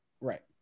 right